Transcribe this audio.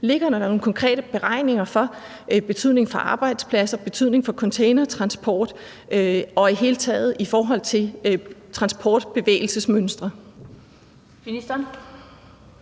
Ligger der nogle konkrete beregninger af betydningen for arbejdspladser, for betydningen for containertransport og i det hele taget for transportbevægelsesmønstre?